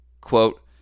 quote